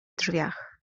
drzwiach